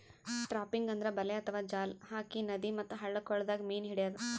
trapping ಅಂದ್ರ ಬಲೆ ಅಥವಾ ಜಾಲ್ ಹಾಕಿ ನದಿ ಮತ್ತ್ ಹಳ್ಳ ಕೊಳ್ಳದಾಗ್ ಮೀನ್ ಹಿಡ್ಯದ್